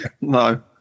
No